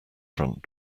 front